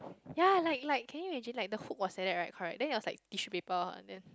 ya like like can you imagine the hook was like that right correct then there was like tissue paper then